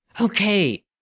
okay